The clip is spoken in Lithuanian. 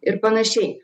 ir panašiai